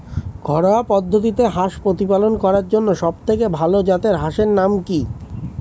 ঘরোয়া পদ্ধতিতে হাঁস প্রতিপালন করার জন্য সবথেকে ভাল জাতের হাঁসের নাম কি?